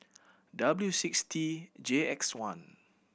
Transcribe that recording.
W six T J X one